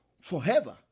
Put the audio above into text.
forever